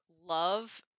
love